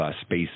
space